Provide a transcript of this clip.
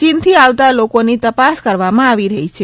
ચીનથી આવતા લોકોની તપાસ કરવામાં આવી રહી છે